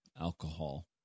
alcohol